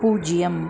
பூஜ்ஜியம்